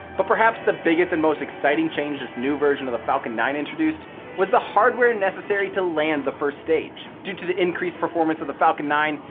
but perhaps the biggest and most exciting change this new version of the falcon nine introduced was the hardware necessary to land the first stage. due to the increased performance of the falcon nine,